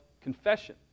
confession